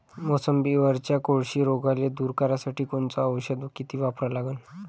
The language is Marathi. मोसंबीवरच्या कोळशी रोगाले दूर करासाठी कोनचं औषध किती वापरा लागन?